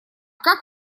как